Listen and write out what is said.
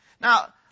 Now